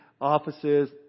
offices